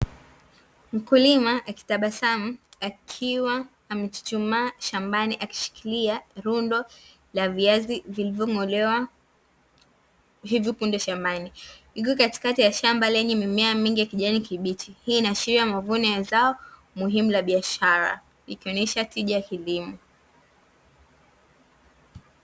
Mkulima akitabasamu akiwa amechuchumaa shambani ameshikiria rundo la viazi vilivo ng'olewa hivi punde shambani, yuko katikati ya shamba lenye mimea mingi ya kijani kibichi, hii inaashiria mavuno ya zao muhimu la biashara ikionyesha tija ya kilimo.